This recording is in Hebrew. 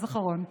אז אחרון.